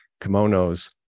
kimonos